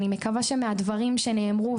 ואני מקווה מהדברים שנאמרו,